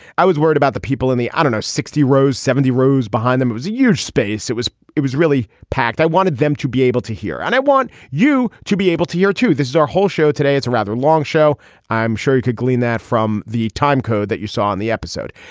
i was worried about the people in the audience ah sixty rows seventy rows behind them was a huge space it was it was really packed. i wanted them to be able to hear and i want you to be able to hear too. this is our whole show today it's a rather long show i'm sure you could glean that from the timecode that you saw in the episode.